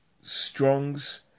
Strong's